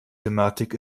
thematik